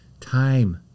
time